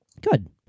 Good